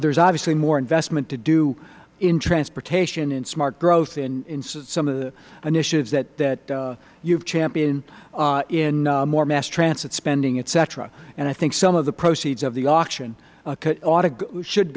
there is obviously more investment to do in transportation in smart growth in some of the initiatives that you have championed in more mass transit spending et cetera and i think some of the proceeds of the auction should